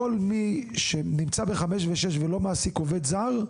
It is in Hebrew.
כל מי שנמצא בחמש ושש ולא מעסיק עובד זר,